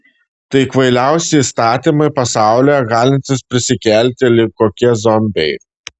tai kvailiausi įstatymai pasaulyje galintys prisikelti lyg kokie zombiai